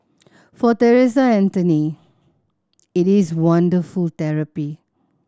for Theresa Anthony it is wonderful therapy